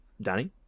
Danny